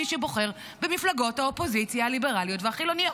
מי שבוחר במפלגות האופוזיציה הליברליות והחילוניות.